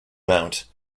mount